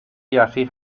یخی